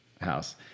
house